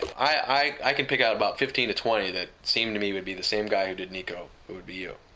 i i can pick out about fifteen to twenty that seems to me to be the same guy who did nikko, who would be you.